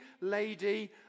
lady